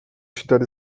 cztery